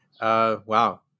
Wow